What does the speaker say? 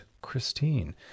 Christine